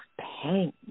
pain